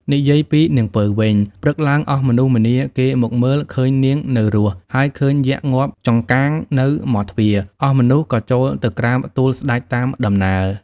និយាយពី នាងពៅវិញ ព្រឹកឡើងអស់មនុស្សម្នាគេមកមើល ឃើញនាងនៅរស់ ហើយឃើញយក្ខងាប់ចង្គ្រាងនៅមាត់ទ្វារ អស់មនុស្ស ក៏ចូលទៅក្រាបទូលស្តេចតាមដំណើរ។